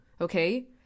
okay